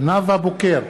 נאוה בוקר,